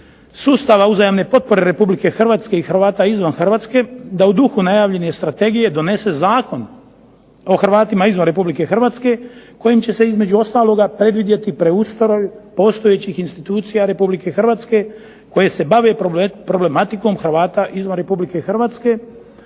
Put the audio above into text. sustava uzajamne potpore Republike Hrvatske i Hrvata izvan Hrvatske da u duhu najavljene strategije donese Zakon o Hrvatima izvan Republike Hrvatske kojim će se između ostaloga predvidjeti preustroj postojećih institucija Republike Hrvatske koje se bave problematikom Hrvata izvan Republike Hrvatske